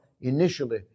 initially